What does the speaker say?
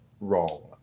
wrong